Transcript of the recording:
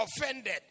offended